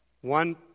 One